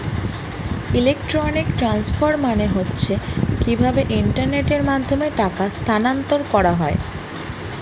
electronic transfer মানে হচ্ছে কিভাবে ইন্টারনেটের মাধ্যমে টাকা স্থানান্তর করা হয়